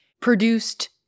produced